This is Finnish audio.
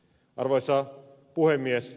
arvoisa puhemies